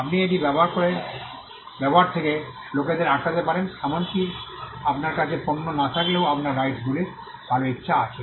আপনি এটি ব্যবহার থেকে লোকদের আটকাতে পারেন এমনকি আপনার কাছে পণ্য না থাকলেও আপনার রাইটস গুলির ভাল ইচ্ছা আছে